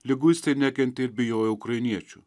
liguistai nekentė ir bijojo ukrainiečių